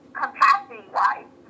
capacity-wise